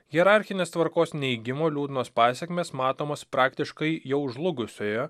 hierarchinės tvarkos neigimo liūdnos pasekmės matomos praktiškai jau žlugusioje